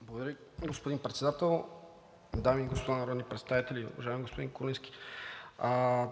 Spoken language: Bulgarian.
Благодаря, господин Председател. Дами и господа народни представители! Уважаеми господин Куленски,